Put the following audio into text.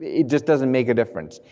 it just doesn't make a difference,